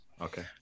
Okay